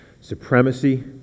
supremacy